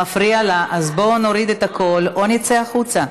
מפריע לה, אז בואו נוריד את הקול או נצא החוצה.